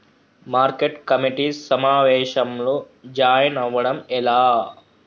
Market committee సమావేశంలో join అవ్వడం ఎలా?